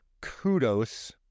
kudos